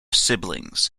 siblings